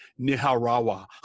Niharawa